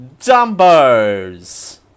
Dumbos